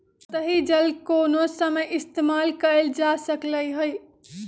सतही जल कोनो समय इस्तेमाल कएल जा सकलई हई